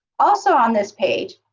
also on this page,